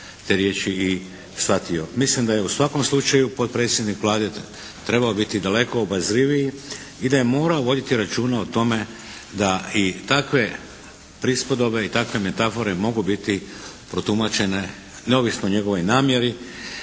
Mislim da je u svakom slučaju potpredsjednik Vlade trebao biti daleko obazriviji i da je morao voditi računa o tome da i takve prispodobe i takve metafore mogu biti protumačene neovisno o njegovoj namjeri